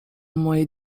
moje